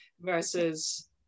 versus